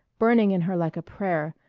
burning in her like a prayer,